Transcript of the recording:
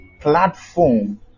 platform